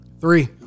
Three